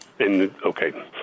Okay